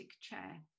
chair